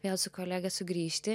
vėl su kolega sugrįžti